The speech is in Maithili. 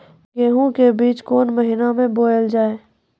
गेहूँ के बीच कोन महीन मे बोएल जाए?